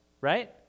right